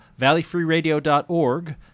valleyfreeradio.org